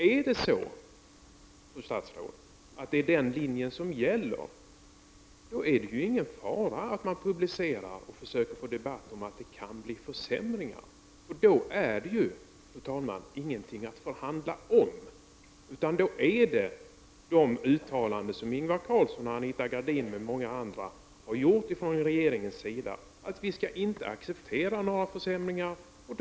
Om det, fru statsråd, är den linjen som gäller, innebär det ju ingen fara att publicera material som visar, och försöka få till stånd en debatt om, att det kan bli fråga om försämringar. Då finns det ju, fru talman, ingenting att förhandla om, utan då är det de uttalanden som Ingvar Carlsson, Anita Gradin och många andra företrädare för regeringen har gjort om att vi inte skall acceptera några försämringar som gäller.